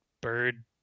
bird